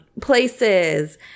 places